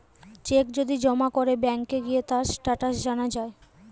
check যদি জমা করে ব্যাংকে গিয়ে তার স্টেটাস জানা যায়